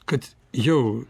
kad jau